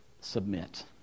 Submit